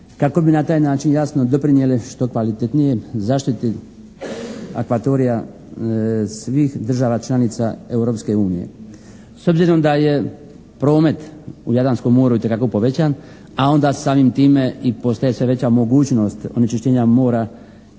kako bi na taj način jasno doprinjele što kvalitetnijoj zaštiti akvatorija svih država članica Europske unije. S obzirom da je promet u Jadranskom moru itekako povećan a onda samim time i postoji sve veća mogućnost onečišćenja mora